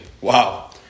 wow